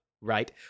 right